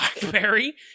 blackberry